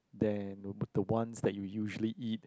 they're the ones that you usually eat